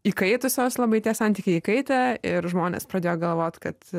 įkaitusios labai tie santykiai įkaitę ir žmonės pradėjo galvot kad